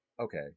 okay